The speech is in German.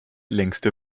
längste